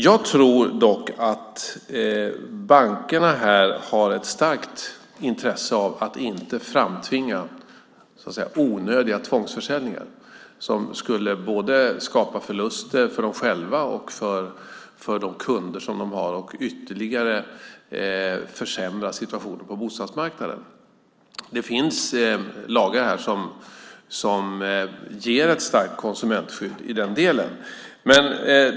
Jag tror dock att bankerna har ett starkt intresse av att inte framtvinga onödiga tvångsförsäljningar, som skulle skapa förluster för både dem själva och de kunder de har och ytterligare försämra situationen på bostadsmarknaden. Det finns lagar som ger ett starkt konsumentskydd i den delen.